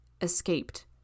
ESCAPED